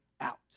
out